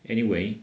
anyway